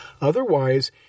Otherwise